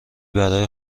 برای